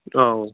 ꯑꯧ